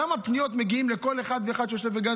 כמה פניות מגיעות לכל אחד ואחד שיושב כאן,